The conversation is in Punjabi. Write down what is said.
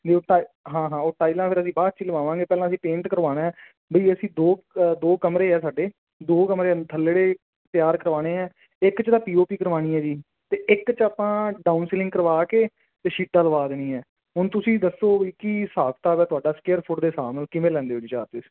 ਜੋ ਟਾਈ ਹਾਂ ਹਾਂ ਉਹ ਟਾਈਲਾਂ ਫਿਰ ਅਸੀਂ ਬਾਅਦ 'ਚ ਹੀ ਲਗਵਾਵਾਂਗੇ ਪਹਿਲਾਂ ਅਸੀਂ ਪੇਂਟ ਕਰਵਾਉਣਾ ਹੈ ਬਈ ਅਸੀਂ ਦੋ ਕਮਰੇ ਆ ਸਾਡੇ ਦੋ ਕਮਰੇ ਹਨ ਥੱਲੜੇ ਤਿਆਰ ਕਰਵਾਉਣੇ ਆ ਇੱਕ 'ਚ ਤਾਂ ਪੀ ਓ ਪੀ ਕਰਵਾਉਣੀ ਹੈ ਜੀ ਅਤੇ ਇੱਕ 'ਚ ਆਪਾਂ ਡਾਊਨ ਸਿਲਿੰਗ ਕਰਵਾ ਕੇ ਅਤੇ ਸ਼ੀਟਾਂ ਲਗਵਾ ਦੇਣੀਆਂ ਹੁਣ ਤੁਸੀਂ ਦੱਸੋ ਕੀ ਹਿਸਾਬ ਕਿਤਾਬ ਹੈ ਤੁਹਾਡਾ ਸਕੇਅਰ ਫੁੱਟ ਦੇ ਹਿਸਾਬ ਨਾਲ ਕਿਵੇਂ ਲੈਂਦੇ ਹੋ ਜੀ ਚਾਰਜੇਸ